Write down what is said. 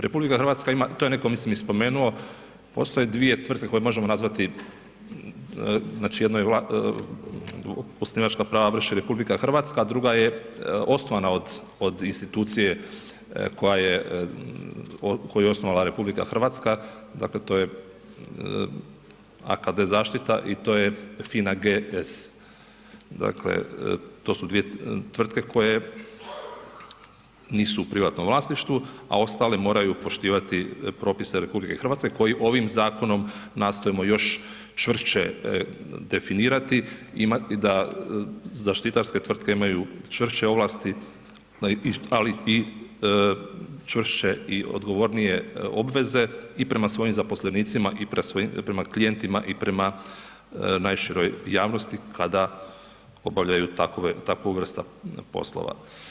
RH ima, to je netko mislim i spomenuo, postoje dvije tvrtke koje možemo nazvati, znači jedno je, osnivačka prava vrši RH, a druga je osnovana od institucije koja je koju je osnovala RH, dakle to je AKD zaštita i to je FINA GS, dakle to su dvije tvrtke koje nisu u privatnom vlasništvu, a ostale moraju poštivati propise RH koje ovim zakonom nastojimo još čvršće definirati, imati, da zaštitarske tvrtke imaju čvršće ovlasti, ali i čvršće i odgovornije obveze i prema svojim zaposlenicima i prema klijentima i prema najširoj javnosti kada obavljaju takvu vrstu poslova.